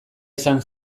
izan